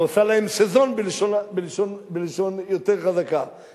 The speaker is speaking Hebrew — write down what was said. או עושה להם "סזון" בלשון יותר חזקה,